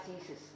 Jesus